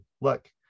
look